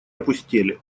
опустели